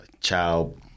child